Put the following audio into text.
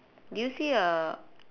do you see a